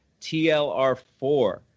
TLR4